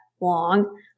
long